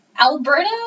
Alberta